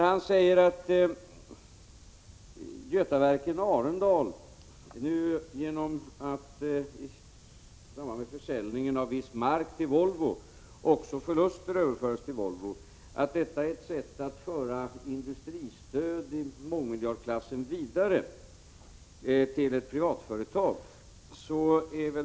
Han hävdar att Götaverken Arendal genom att i samband med försäljningen av viss mark till Volvo också överföra förluster till Volvo har kommit på ett sätt att föra industristöd i mångmiljardklassen vidare till ett privat företag.